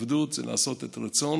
עבדות זה לעשות את לא את רצון